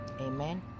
amen